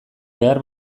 behar